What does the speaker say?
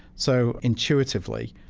so, intuitively,